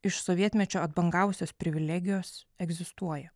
iš sovietmečio atbangavusios privilegijos egzistuoja